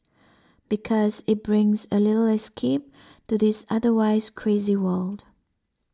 because it brings a little escape to this otherwise crazy world